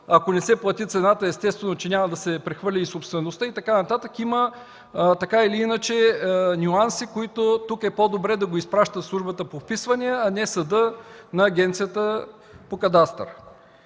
Ако не се плати цената, естествено няма да се прехвърли и собствеността и така нататък. Има, така или иначе, нюанси. Тук е по-добре да го изпраща Службата по вписванията на Агенцията по кадастъра,